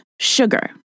sugar